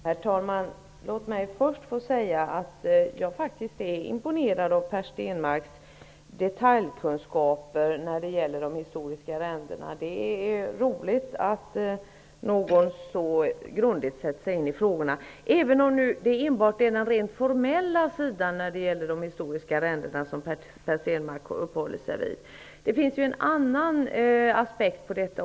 Herr talman! Låt mig först säga att jag faktiskt är imponerad av Per Stenmarcks detaljkunskaper om de historiska arrendena. Det är roligt att någon så grundligt sätter sig in i frågorna, även om det nu enbart är den rent formella sidan av de historiska arrendena som Per Stenmarck uppehåller sig vid. Det finns också en annan aspekt på detta.